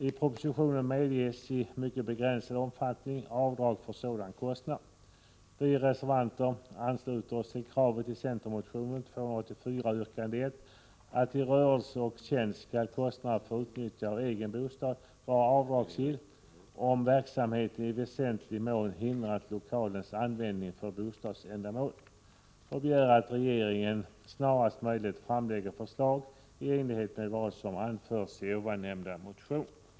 I propositionen medges i mycket begränsad omfattning avdrag för sådan kostnad. Vi reservanter ansluter oss till kravet i centermotion 284 yrkande 1, att i rörelse och tjänst skall kostnader för utnyttjande av egen bostad vara avdragsgilla om verksamheten i väsentlig mån hindrat lokalens användning för bostadsändamål. Vi begär att regeringen snarast möjligt framlägger förslag i enlighet med vad som anförts i ovannämnda motion.